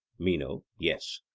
meno yes.